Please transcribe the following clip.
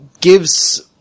Gives